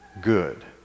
Good